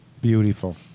Beautiful